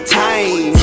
time